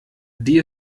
die